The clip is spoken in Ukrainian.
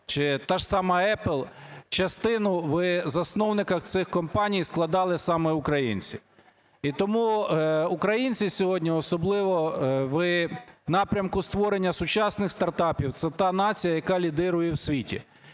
частину в засновниках цих компаній складали саме українці. І тому українці сьогодні особливо в напрямку створення сучасних стартапів – це та нація, яка лідирує в світі.